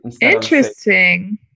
interesting